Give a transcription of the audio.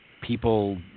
people